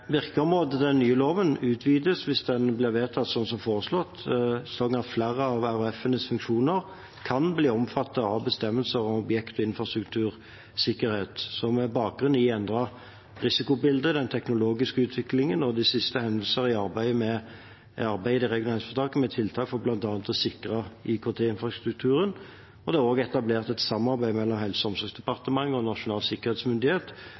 Virkeområdet til den nye loven utvides hvis den blir vedtatt som foreslått. Flere av RHF-enes funksjoner kan bli omfattet av bestemmelser om objekter, infrastruktur, sikkerhet med bakgrunn i et endret risikobilde, den teknologiske utviklingen og de siste hendelser i arbeidet i de regionale helseforetakene, med tiltak for bl.a. å sikre IKT-infrastrukturen. Det er også etablert et samarbeid mellom Helse- og omsorgsdepartementet og Nasjonal sikkerhetsmyndighet,